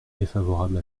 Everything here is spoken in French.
défavorable